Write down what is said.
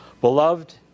Beloved